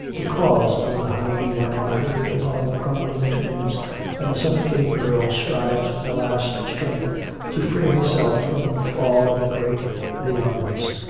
the claws of the hyena are heard upon the crumbling tombs and the suffocating girl strives with her last strength to free herself from the thrall of the great lianas.